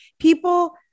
people